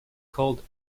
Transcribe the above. called